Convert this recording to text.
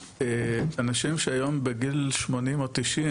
אנשים שהיום בגיל 80 או 90,